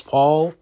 Paul